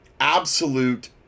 absolute